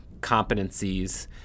competencies